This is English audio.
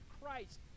Christ